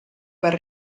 per